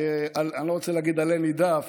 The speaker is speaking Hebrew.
אני לא רוצה להגיד עלה נידף,